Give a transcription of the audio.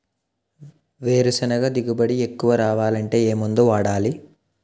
వేరుసెనగ దిగుబడి ఎక్కువ రావాలి అంటే ఏ మందు వాడాలి?